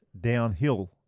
downhill